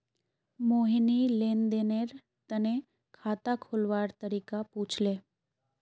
मोहिनी लेन देनेर तने खाता खोलवार तरीका पूछले